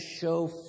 show